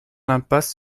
l’impasse